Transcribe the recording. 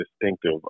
distinctive